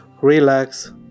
relax